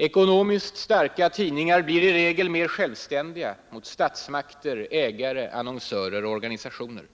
——— Ekonomiskt starka tidningar blir i regel mer självständiga — mot statsmakter, ägare, annonsörer och organisationer.